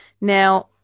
now